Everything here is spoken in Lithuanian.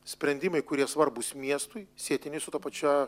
sprendimai kurie svarbūs miestui sietini su ta pačia